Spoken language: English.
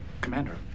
Commander